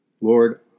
Lord